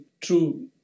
true